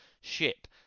ship